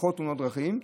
פחות תאונות דרכים.